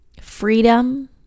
freedom